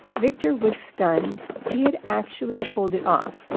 victor was stunned. he had actually pulled it off.